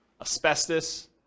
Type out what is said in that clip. asbestos